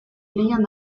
lehian